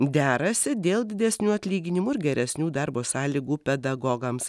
derasi dėl didesnių atlyginimų ir geresnių darbo sąlygų pedagogams